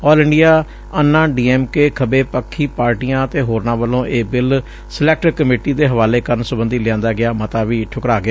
ਆਲ India Anna D M K ਖੱਬੇ ਪੱਖੀ ਪਾਰਟੀਆਂ ਅਤੇ ਹੋਰਨਾਂ ਵੱਲੋਂ ਇਹ ਬਿੱਲ ਸਿਲੈਕਟ ਕਮੇਟੀ ਦੇ ਹਵਾਲੇ ਕਰਨ ਸਬੰਧੀ ਲਿਆਂਦਾ ਗਿਆ ਮਤਾ ਵੀ ਠੁਕਰਾ ਗਿਆ